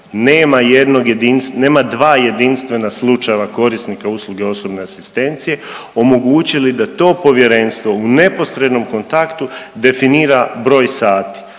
nema dva jedinstvena slučajeva korisnika usluga osobne asistencije, omogućili da to povjerenstvo u neposrednom kontaktu definira broj sati.